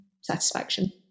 satisfaction